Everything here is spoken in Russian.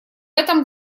этом